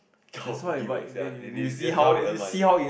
will sia they they just now they earn money